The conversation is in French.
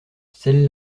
celle